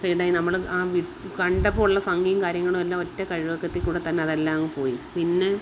ഫെയ്ഡായി നമ്മൾ ആ കണ്ടപ്പോൾ ഉള്ള ഭംഗിയും കാര്യങ്ങളും എല്ലാം ഒറ്റ കഴുകലിൽക്കൂടിതന്നെ അതെല്ലാം അങ്ങു പോയി പിന്നെ